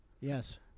Yes